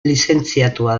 lizentziatua